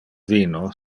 vino